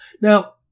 Now